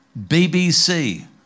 BBC